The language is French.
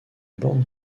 bande